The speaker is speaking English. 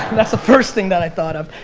that's the first thing that i thought of.